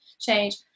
change